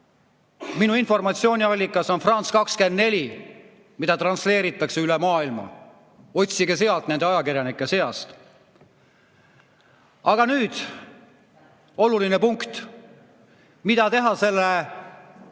Minu informatsiooniallikas on France 24, mida transleeritakse üle maailma. Otsige sealt nende ajakirjanike seast. Aga nüüd oluline punkt. Mida teha selle pandeemiaga